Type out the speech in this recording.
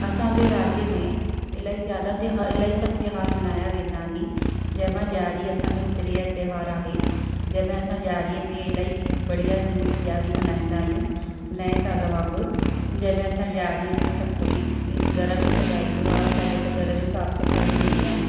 असांजे राज्य में इलाही जादा त्योहार इलाही सभु त्योहार मल्हाया वेंदा आहे नी जंहिंमां ॾिआरी असांजो प्रिय त्योहार आहे जंहिंमें असां ॾिआरीअ में इलाही बढ़िया नमूने ॾिआरी मल्हाईंदा आहियूं नए साल वांगुर जंहिंमें असां ॾिआरीअ में सभु कोई घर खे सॼाईंदो आहे पहिरियों त घर जो साफ़ सफ़ाइयूं थींदियूं आहिनि